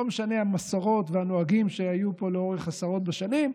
לא משנים המסורות והנוהגים שהיו פה לאורך עשרות שנים,